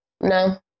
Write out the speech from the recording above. No